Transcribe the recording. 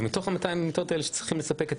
מתוך 200 המיטות האלה שצריכות לספק את